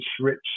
rich